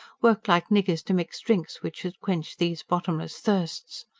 worked like niggers to mix drinks which should quench these bottomless thirsts.